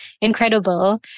incredible